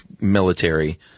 military